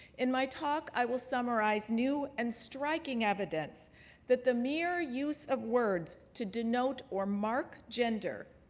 in my talk, i will summarize new and striking evidence that the mere use of words to denote or mark gender,